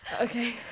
Okay